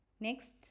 Next